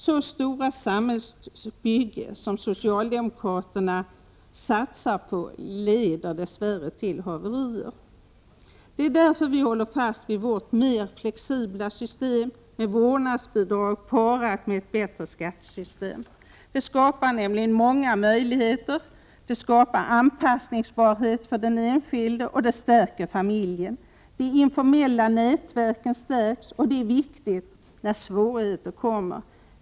Så stora samhällsbyggen som socialdemokraterna satsar på leder dess värre till haverier. Det är därför vi håller fast vid vårt mera flexibla system med vårdnadsbidrag parat med ett bättre skattesystem. Det skapar nämligen många möjligheter. Det skapar anpassningsbarhet för den enskilde och stärker familjen. De informella nätverken stärks, och det är viktigt när svårigheter kommer.